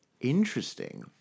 interesting